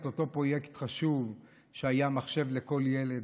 אותו פרויקט חשוב שהיה מחשב לכל ילד,